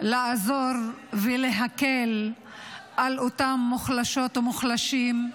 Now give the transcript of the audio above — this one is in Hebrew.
לעזור ולהקל על אותם מוחלשות ומוחלשים,